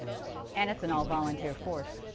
and and it's and all volunteer force.